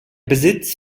besitz